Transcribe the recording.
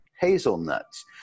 hazelnuts